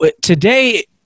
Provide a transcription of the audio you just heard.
today